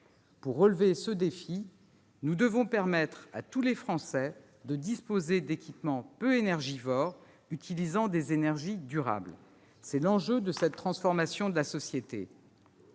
Pour relever ce défi, nous devons permettre à tous les Français de disposer d'équipements peu énergivores et utilisant des énergies durables. C'est l'enjeu de cette transformation de la société.